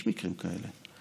יש מקרים כאלה,